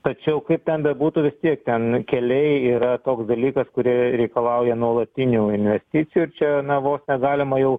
tačiau kaip ten bebūtų vis tiek ten keliai yra toks dalykas kurie reikalauja nuolatinių investicijų ir čia na vos negalima jau